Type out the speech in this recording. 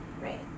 Right